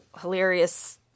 hilarious